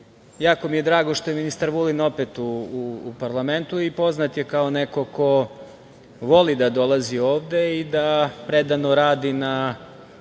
jako mi je drago što je ministar Vulin opet u parlamentu i poznat je kao neko ko voli da dolazi ovde i da predano radi na